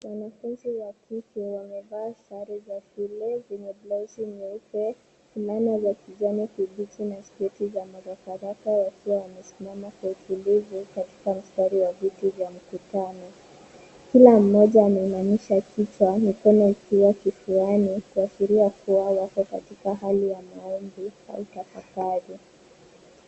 Wanafunzi wa kike wamevaa sare za shule zenye blausi nyeupe, fulana za kijani kibichi na sketi za madakadaka wakiwa wamesimama kwa utulivu katika mstari wa viti vya mkutano. Kila mmoja ameinamisha kichwa mikono ikiwa kifuani kuashiria kuwa wako katika hali ya maombi au tafakari.